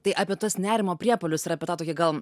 tai apie tuos nerimo priepuolius ar apie tą tokį gal